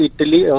Italy